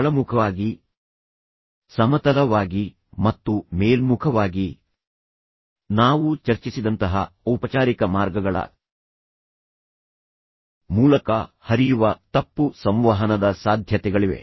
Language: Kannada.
ಕೆಳಮುಖವಾಗಿ ಸಮತಲವಾಗಿ ಮತ್ತು ಮೇಲ್ಮುಖವಾಗಿ ನಾವು ಚರ್ಚಿಸಿದಂತಹ ಔಪಚಾರಿಕ ಮಾರ್ಗಗಳ ಮೂಲಕ ಹರಿಯುವ ತಪ್ಪು ಸಂವಹನದ ಸಾಧ್ಯತೆಗಳಿವೆ